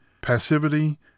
passivity